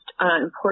important